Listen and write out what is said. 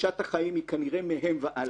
קדושת החיים היא כנראה מהם והלאה.